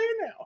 now